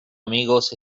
amigos